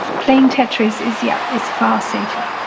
playing tetris is yeah is far safer